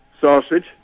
Sausage